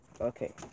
Okay